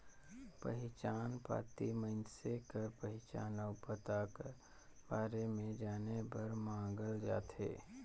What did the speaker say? पहिचान पाती मइनसे कर पहिचान अउ पता कर बारे में जाने बर मांगल जाथे